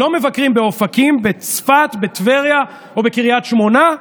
לא מבקרים באופקים, בצפת, בטבריה או בקריית שמונה,